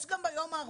יש גם ביום ה-14.